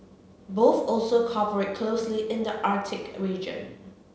both also cooperate closely in the Arctic region